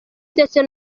ndetse